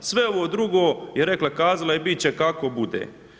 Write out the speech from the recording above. Sve ovo drugo je rekla-kazala i bit će kako bude.